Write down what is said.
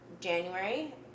January